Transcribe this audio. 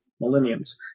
millenniums